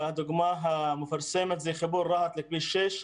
הדוגמה המפורסמת זה חיבור רהט לכביש-6.